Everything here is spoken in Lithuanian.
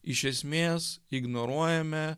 iš esmės ignoruojame